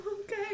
Okay